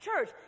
Church